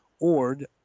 Ord